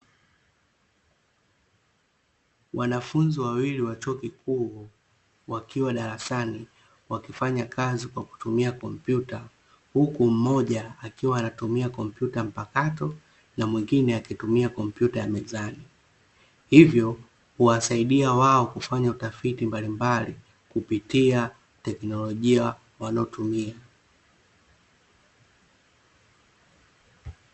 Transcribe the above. Wanafunzi wawili wa chuo kikuu, wakiwa darasani, wakifanya kazi kwa kutumia kompyuta, huku mmoja akiwa anatumia kompyuta mpakato na mwingine akitumia kompyuta ya mezani, hivyo kuwasaidia wao kufanya tafiti mbali mbali kupitia tekinologia wanayotumia.